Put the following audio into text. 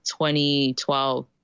2012